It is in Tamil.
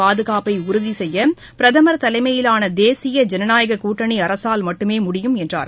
பாதுகாப்பைஉறுதிசெய்யபிரதமர் தலைமையிலானதேசிய ஜனநாயககூட்டணிஅரசால் நாட்டன் மட்டுமே முடியும் என்றார்